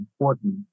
important